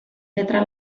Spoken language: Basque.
letra